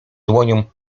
dłonią